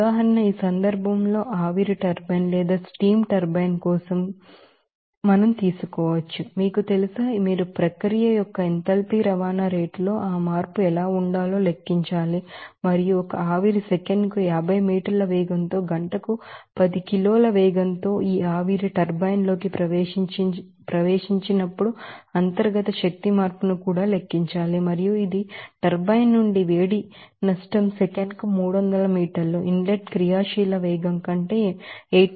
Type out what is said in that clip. ఉదాహరణకు ఈ సందర్భంలో ఆవిరి టర్బైన్ కోసం కూడా మీకు తెలుసా మీరు ప్రక్రియ యొక్క ఎంథాల్పీ రవాణా రేటులో ఆ మార్పు ఎలా ఉండాలో లెక్కించాలి మరియు ఒక ఆవిరి సెకనుకు 50 మీటర్ల వేగంతో గంటకు 10 కిలోల వేగంతో ఈ ఆవిరి టర్బైన్ లోకి ప్రవేశించినప్పుడు ఇంటర్నల్ ఎనర్జీ చేంజ్ ను కూడా లెక్కించాలి మరియు ఇది టర్బైన్ నుండి వేడి నష్టం సెకనుకు 300 మీటర్ల ఇన్లెట్ ఆక్టివ్ వేగం కంటే 8